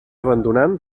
abandonant